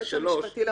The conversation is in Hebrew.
קודם